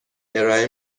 ارائه